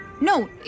no